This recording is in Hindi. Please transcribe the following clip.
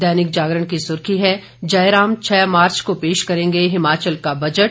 दैनिक जागरण की सुर्खी है जयराम छह मार्च को पेश करेंगे हिमाचल का बजट